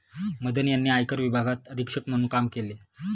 मदन यांनी आयकर विभागात अधीक्षक म्हणून काम केले